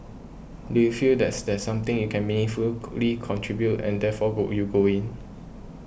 do you feel that there's something you can meaningful contribute and therefore go you go in